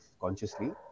consciously